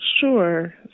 Sure